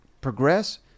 progress